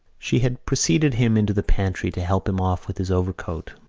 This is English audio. she had preceded him into the pantry to help him off with his overcoat.